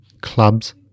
clubs